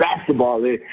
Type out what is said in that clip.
basketball